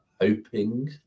hoping